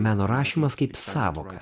meno rašymas kaip sąvoka